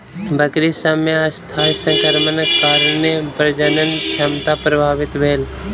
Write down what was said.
बकरी सभ मे अस्थायी संक्रमणक कारणेँ प्रजनन क्षमता प्रभावित भेल